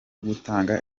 gutanga